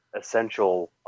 essential